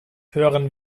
hören